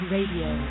Radio